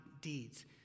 deeds